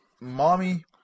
mommy